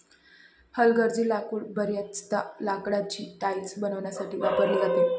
हलगर्जी लाकूड बर्याचदा लाकडाची टाइल्स बनवण्यासाठी वापरली जाते